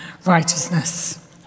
righteousness